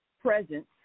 presence